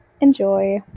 Enjoy